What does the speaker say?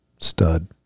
Stud